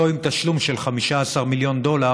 לא עם תשלום של 15 מיליון דולר